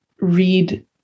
read